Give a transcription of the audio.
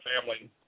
family